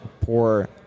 poor